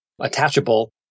attachable